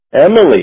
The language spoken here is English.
Emily